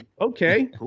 okay